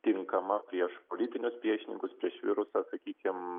tinkama prieš politinius priešininkus prieš virusą sakykim